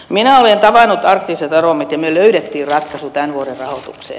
minä olen tavannut arktiset aromit ja me löysimme ratkaisun tämän vuoden rahoitukseen